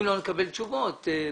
אם לא נקבל על כך תשובות מספקות.